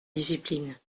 discipline